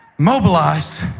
mobilize,